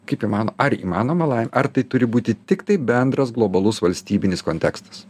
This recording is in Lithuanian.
kaip įmano ar įmanoma lai ar tai turi būti tiktai bendras globalus valstybinis kontekstas